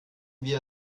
wir